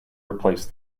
replace